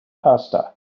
pasta